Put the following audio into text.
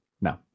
no